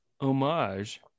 homage